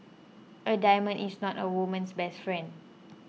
a diamond is not a woman's best friend